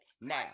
now